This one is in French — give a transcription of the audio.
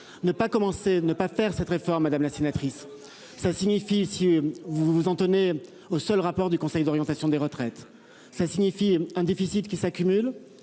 ne pas commencer. Ne pas faire cette réforme, madame la sénatrice. Ça signifie si vous vous en tenez au seul rapport du conseil d'orientation des retraites. Ça signifie un déficit qui s'accumulent